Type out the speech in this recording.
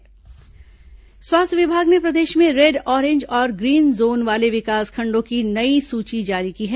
red orange zone स्वास्थ्य विभाग ने प्रदेश में रेड ऑरेंज और ग्रीन जोन वाले विकासखंडो की नई सूची जारी की है